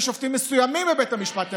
ושופטים מסוימים בבית המשפט העליון.